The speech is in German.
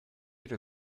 oder